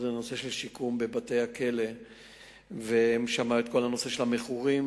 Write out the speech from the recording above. וזה הנושא של השיקום בבתי-הכלא וכל הנושא של המכורים.